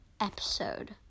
episode